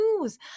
news